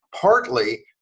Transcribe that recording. partly